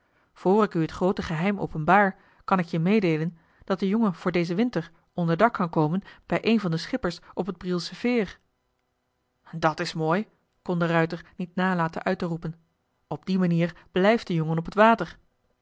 voor ik u het groote geheim openbaar kan ik je meedeelen dat de jongen voor dezen winter onderdak kan komen bij een van de schippers op het brielsche veer dat is mooi kon de ruijter niet nalaten uit te roepen op die manier blijft de jongen op het water